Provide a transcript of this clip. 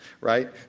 right